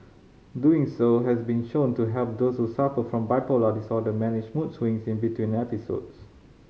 doing so has been shown to help those who suffer from bipolar disorder manage mood swings in between episodes